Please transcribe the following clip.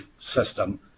system